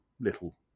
little